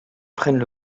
prennent